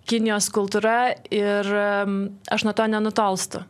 kinijos kultūra ir aš nuo to nenutolstu